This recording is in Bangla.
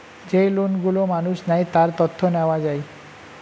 যেই লোন গুলো মানুষ নেয়, তার তথ্য নেওয়া যায়